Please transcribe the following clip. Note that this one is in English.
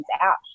out